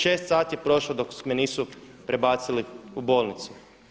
6 sati ne prošlo dok me nisu prebacili u bolnicu.